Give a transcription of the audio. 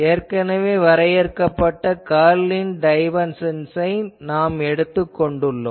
ஏற்கனவே வரையறுக்கப்பட்ட கர்ல் ன் டைவர்ஜன்சை நாம் எடுத்துக் கொண்டுள்ளோம்